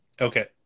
Okay